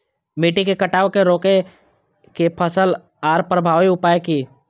मिट्टी के कटाव के रोके के सरल आर प्रभावी उपाय की?